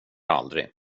aldrig